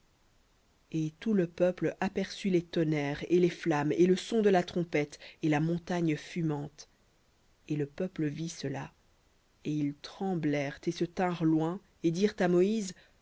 et tout le peuple aperçut les tonnerres et les flammes et le son de la trompette et la montagne fumante et le peuple vit et ils tremblèrent et se tinrent loin et dirent à moïse